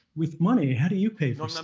with money. how do you pay for so